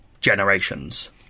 generations